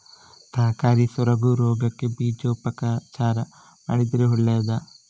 ತರಕಾರಿ ಸೊರಗು ರೋಗಕ್ಕೆ ಬೀಜೋಪಚಾರ ಮಾಡಿದ್ರೆ ಒಳ್ಳೆದಾ?